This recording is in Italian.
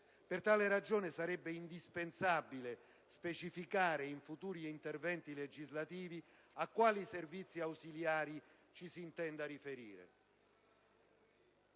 Per tale ragione, sarebbe indispensabile specificare, in futuri interventi legislativi, a quali servizi ausiliari ci si intenda riferire.